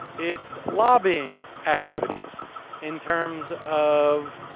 it's lobbying activities in terms of